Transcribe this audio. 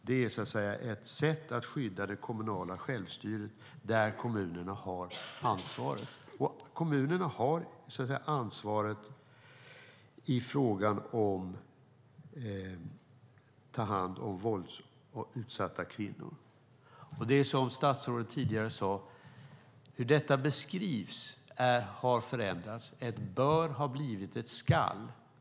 Det är ett sätt att skydda det kommunala självstyret där kommunerna har ansvaret. Kommunerna har ansvaret för att ta hand om våldsutsatta kvinnor. Det är som statsrådet tidigare sade: Hur detta beskrivs har förändrats - ett "bör" har blivit ett "ska".